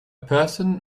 person